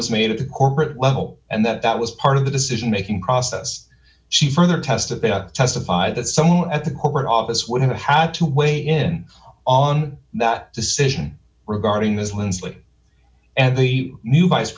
was made at the corporate level and that was part of the decision making process she further tests that they testify that someone at the corporate office would have had to weigh in on that decision regarding those winds and the new vice